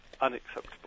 unacceptable